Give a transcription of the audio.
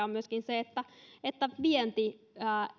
on myöskin se että että vienti